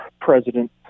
President